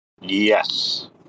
Yes